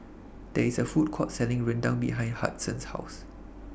There IS A Food Court Selling Rendang behind Hudson's House